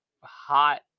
hot